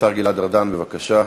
השר גלעד ארדן, בבקשה.